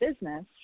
business